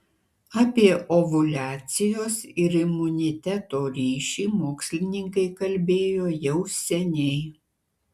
apie ovuliacijos ir imuniteto ryšį mokslininkai kalbėjo jau seniai